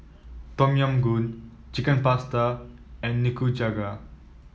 Tom Yam Goong Chicken Pasta and Nikujaga